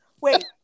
wait